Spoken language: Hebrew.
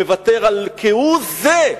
מוותר על כהוא זה,